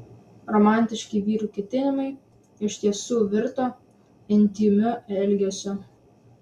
romantiški vyrų ketinimai iš tiesų virto intymiu elgesiu